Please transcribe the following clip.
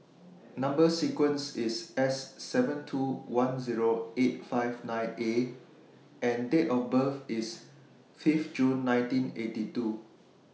Number sequence IS S seven two one Zero eight five nine A and Date of birth IS five June nineteen eighty two